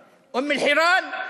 אום-אלחיראן.